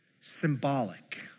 symbolic